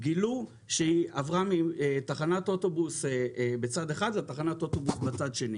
גילו שהיא עברה מתחנת אוטובוס בצד אחד לתחנת אוטובוס בצד שני